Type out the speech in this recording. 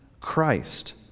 Christ